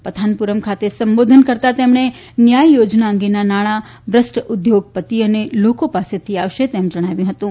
પથાનપુરમ ખાતે સંબોધન કરતાં તેમણે ન્યાય યોજના અંગેના નાણાં બ્રષ્ટ ઉદ્યોગપતિઓ અને લોકો પાસેથી આવશે તેમ જણાવ્યું હતું